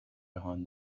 behind